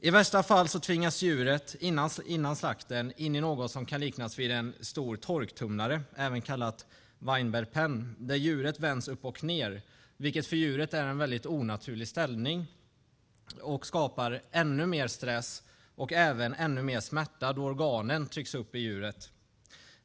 I värsta fall tvingas djuret innan slakten in i något som kan liknas vid en stor torktumlare, även kallad Weinberg pen, där djuret vänds upp och ned, vilket för djuret är en väldigt onaturlig ställning som skapar ännu mer stress och även ännu mer smärta då organen trycks upp i djuret.